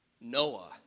Noah